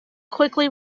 quickly